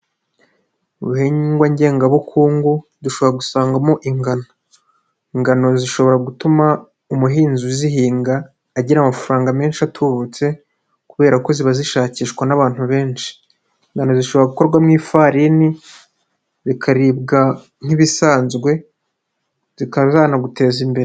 Mu bihingwa ngengabukungu dushobora gusangamo ingano. Ingano zishobora gutuma, umuhinzi uzihinga, agira amafaranga menshi atubutse, kubera ko ziba zishakishwa n'abantu benshi. Ingano zishobora gukorwamo ifarini, bikaribwa nk'ibisanzwe, zikaba zanaguteza imbere.